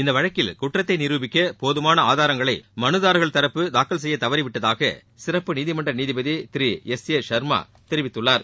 இந்த வழக்கில் குற்றத்தை நிருப்பிக்க போதுமான ஆதாரங்கள் மனுதாரர் தரப்பு தாக்கல் செய்ய தவறிவிட்டதாக சிறப்பு நீதிமன்ற நீதிபதி திரு எஸ் ஜே சர்மா தெரிவித்துள்ளார்